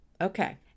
Okay